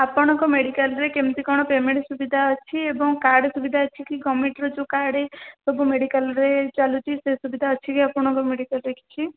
ଆପଣଙ୍କ ମେଡ଼ିକାଲରେ କେମିତି କ'ଣ ପେମେଣ୍ଟ ସୁବିଧା ଅଛି ଏବଂ କାର୍ଡ଼୍ ସୁବିଧା ଅଛି କି ଗଭର୍ନମେଣ୍ଟର ଯେଉଁ କାର୍ଡ଼୍ ସବୁ ମେଡ଼ିକାଲରେ ଚାଲୁଛି ସେ ସୁବିଧା ଅଛି କି ଆପଣଙ୍କ ମେଡ଼ିକାଲରେ କିଛି